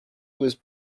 was